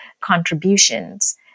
contributions